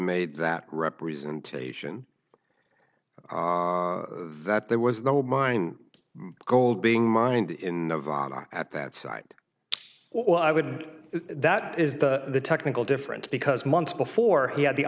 made that representation that there was no mine gold being mined in nevada at that site or i would that is the technical difference because months before he had the